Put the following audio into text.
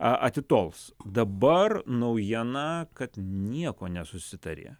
atitols dabar naujiena kad nieko nesusitarė